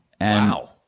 Wow